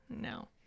No